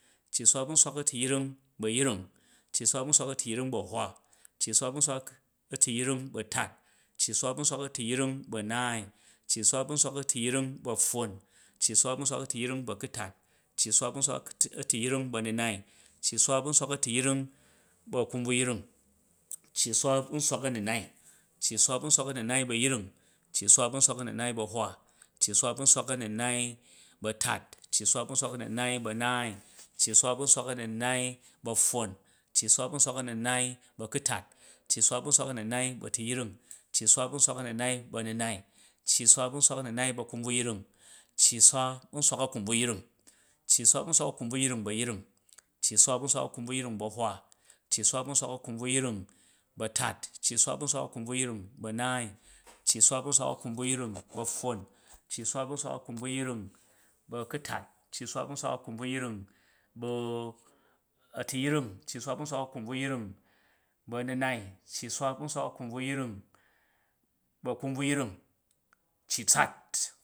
Cci swa bu̱ nswak a̱tuyring bu̱ a̱yring, cci swa bu̱ nswak a̱tuyring bu̱ a̱hwa, cci swa bu̱ nswak a̱tuyring bu̱ a̱tat, cci swa bu̱ nswak a̱tuyring bu̱ a̱naai, cci swa bu̱ nswak a̱tuyring bu̱ a̱pffon, cci swa bu̱ nswak a̱tuyring bu̱ akuat, cci swa bu̱ nswak a̱tuyring bu̱ atuyring, cci swa bu̱ nswak a̱tuyring bu̱ anunaim cci swa bu̱ nswak a̱tuyring bu̱ akumbruvyring, cci swa bu̱ nswa anunai, cci swa bu̱ nswa anunai bu̱ ayring, cci swa bu̱ nswa anunai bu̱ ahwa, cci swa bu̱ nswa anunai bu̱ a̱tat, cci swa bu̱ nswa anunai bu̱ a̱naai, cci swa bu̱ nswa anunai bu̱ a̱pffon, cci swa bu̱ nswa anunai bu̱ a̱kutat, cci swa bu̱ nswa anunai bu̱ a̱turyring, cci swa bu̱ nswa anunai bu̱ a̱nunai, cci swa bu̱ nswa anunai bu̱ akumbuyring, cci swa bu̱ nswak a̱kunbvuyring, cci swa bu̱ nswak a̱kunbvuyring bu̱ ayring, cci swa bu̱ nswak a̱kunbvuyring bu̱ a̱hwa, cci swa bu̱ nswak a̱kunbvuyring bu̱ a̱tat, cci swa bu̱ nswak a̱kunbvuyring bu̱ a̱maai, cci swa bu̱ nswak a̱kunbvuyring bu̱ a̱pffon, cci swa bu̱ nswak a̱kunbvuyring bu̱ a̱kutat, cci swa bu̱ nswak a̱kunbvuyring bu̱ a̱tupring, cci swa bu̱ nswak a̱kunbvuyring bu̱ a̱mnai, cci swa bu̱ nswak a̱kunbvuyring bu̱ a̱kunbvuyring, cci tsat.